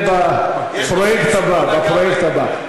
זה בפרויקט הבא, בפרויקט הבא.